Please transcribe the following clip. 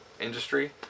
Industry